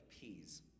peas